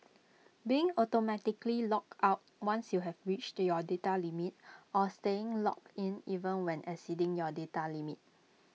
being automatically logged out once you have reached your data limit or staying logged in even when exceeding your data limit